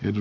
edu